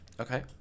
Okay